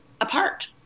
apart